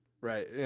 Right